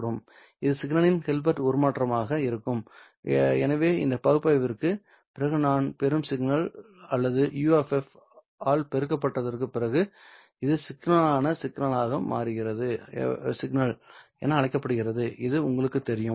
இது சிக்னலின் ஹில்பர்ட் உருமாற்றமாக s இருக்கும் எனவே இந்த பகுப்பாய்விற்குப் பிறகு நான் பெறும் சிக்னல் அல்லது U ஆல் பெருக்கப்பட்டதற்கு பிறகு இது சிக்கலான சிக்னல் என அழைக்கப்படுகிறது இது உங்களுக்குத் தெரியும்